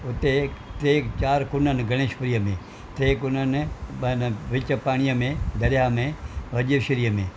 हुते टे चार कोना आहिनि गणेश पुरी में टे कोननि ॿ आहिनि विच पाणीअ में दरिया में वजूश्रीअ में